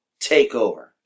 TakeOver